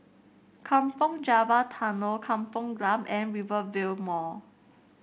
Kampong Java Tunnel Kampung Glam and Rivervale Mall